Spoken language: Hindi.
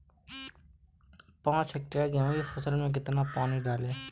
पाँच हेक्टेयर गेहूँ की फसल में कितना पानी डालें?